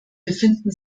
befinden